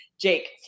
Jake